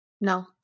No